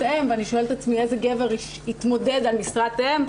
אם ואני שואלת את עצמי איזה גבר יתמודד על משרת אם,